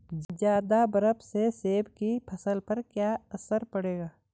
ज़्यादा बर्फ से सेब की फसल पर क्या असर पड़ेगा?